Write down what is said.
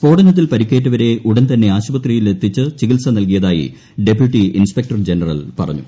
സ്ഫോടനത്തിൽ പരിക്കേറ്റവരെ ഉടൻ തന്നെ ആശുപത്രിയിൽ എത്തിച്ച് ചികിത്സ നൽകിയതായി ഡെപ്യൂട്ടി ഇൻസ്പെക്ടർ ജനറൽ പറഞ്ഞു